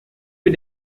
bin